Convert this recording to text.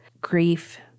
grief